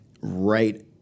right